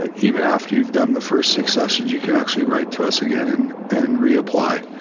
ah even after you've done the first six sessions you can actually write to us again and and reapply.